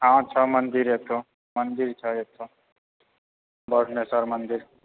हँ छ मन्दिर एगो मन्दिर छ एगो बरनेश्वर मन्दिर